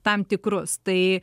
tam tikrus tai